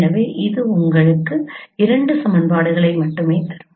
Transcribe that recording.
எனவே இது உங்களுக்கு 2 சமன்பாடுகளை மட்டுமே தரும்